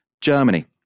Germany